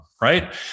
right